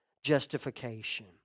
justification